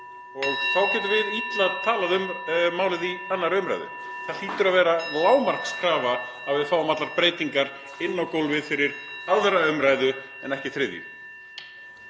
Þá getum við illa talað um málið í 2. umr. Það hlýtur að vera lágmarkskrafa að við fáum allar breytingar inn á gólfið fyrir 2. umr. en ekki 3. umr.